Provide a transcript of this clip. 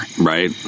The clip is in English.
Right